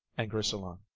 and grisolan